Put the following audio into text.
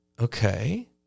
okay